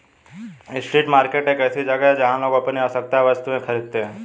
street market एक ऐसी जगह है जहां लोग अपनी आवश्यक वस्तुएं खरीदते हैं